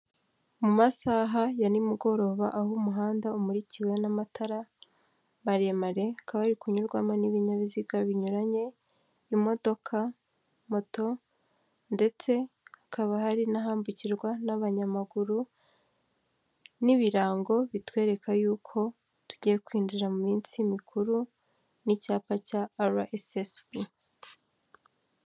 Mu masaha ya nimugoroba aho umuhanda umurikiwe n'amatara maremare, hakaba hari kunyurwamo n'ibinyabiziga binyuranye imodoka, moto ndetse hakaba hari n'ahambukirwa n'abanyamaguru n'ibirango bitwereka yuko tugiye kwinjira mu minsi mikuru n'icyapa cya RSSB.